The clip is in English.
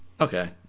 Okay